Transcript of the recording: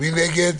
מי נגד?